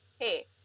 Hey